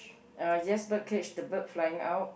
uh yes bird cage the bird flying out